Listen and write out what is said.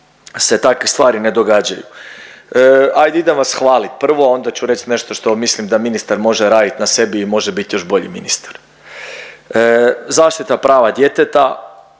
se takve stvari ne događaju. Ajde idem vas hvalit prvo, onda ću reć nešto što mislim da ministar može radit na sebi i može bit još bolji ministar. Zaštita prava djeteta,